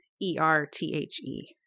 E-R-T-H-E